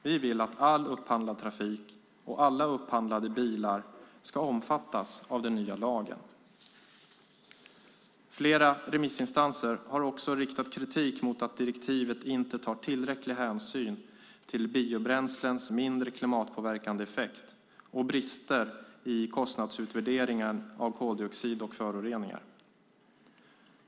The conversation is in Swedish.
Vi vill att all upphandlad trafik och alla upphandlade bilar ska omfattas av den nya lagen. Flera remissinstanser har också riktat kritik mot att direktivet inte tar tillräcklig hänsyn till biobränslens mindre klimatpåverkande effekt och brister i kostnadsutvärderingen av koldioxid och föroreningar.